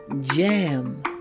jam